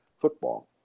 football